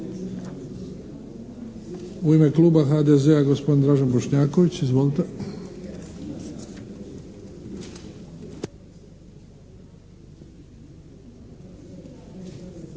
U ime Kluba HDZ-a gospodin Dražen Bošnjaković. Izvolite.